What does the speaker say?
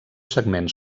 segments